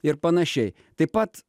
ir panašiai taip pat